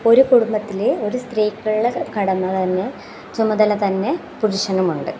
ഒരു കുടുംബത്തിലെ ഒരു സ്ത്രീക്കുള്ള കടമ തന്നെ ചുമതല തന്നെ പുരുഷനുമുണ്ട്